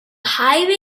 highway